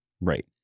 Right